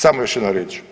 Samo još jedna riječ.